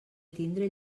tindre